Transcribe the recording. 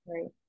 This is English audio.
Right